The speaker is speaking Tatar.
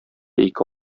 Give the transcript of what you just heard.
ике